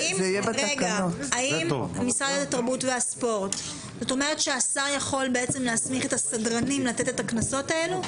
שר התרבות והספורט יכול להסמיך את הסדרנים לתת את הקנסות האלו?